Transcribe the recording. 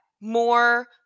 more